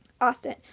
Austin